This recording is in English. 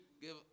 give